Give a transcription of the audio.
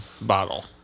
bottle